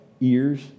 ears